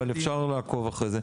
אבל אפשר לעקוב אחרי זה.